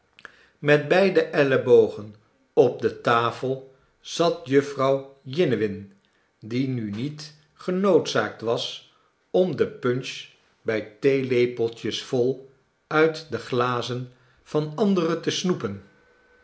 met beide ellebogen op de tafel zat jufvrouw jiniwin die nu niet genoodzaakt was om de punch bij